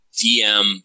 dm